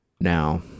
Now